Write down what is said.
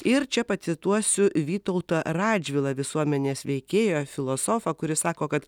ir čia pacituosiu vytautą radžvilą visuomenės veikėją filosofą kuris sako kad